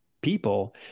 people